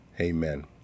amen